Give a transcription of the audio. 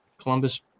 Columbus